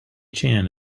chan